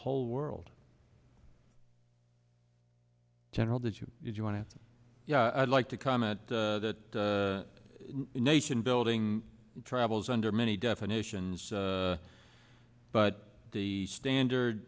whole world general did you did you want to yeah i'd like to comment that nation building travels under many definitions but the standard